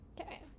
Okay